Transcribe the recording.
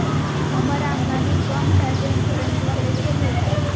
हमर आमदनी कम हय, तो इंसोरेंसबा कैसे मिलते?